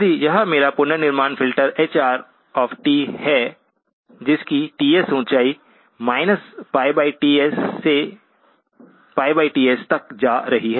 यदि यह मेरा पुनर्निर्माण फ़िल्टर hr है जिसकी Ts ऊंचाई πTs से Ts तक जा रही है